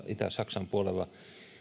itä saksan puolella